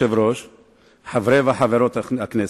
חברי וחברות הכנסת,